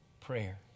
Prayer